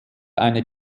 eine